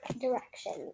directions